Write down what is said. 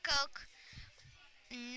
Coke